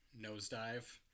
nosedive